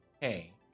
hey